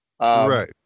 Right